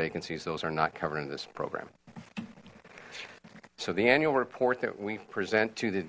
vacancies those are not covered in this program so the annual report that we present to the